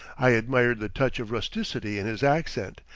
i admired the touch of rusticity in his accent,